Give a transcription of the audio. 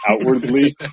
outwardly